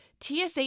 TSA